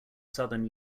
southern